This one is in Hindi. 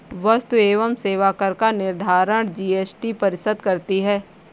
वस्तु एवं सेवा कर का निर्धारण जीएसटी परिषद करती है